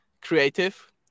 creative